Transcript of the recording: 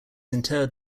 interred